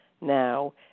now